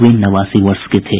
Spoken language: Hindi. वे नवासी वर्ष के थे